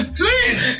please